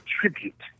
tribute